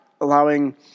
allowing